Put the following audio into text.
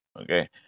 Okay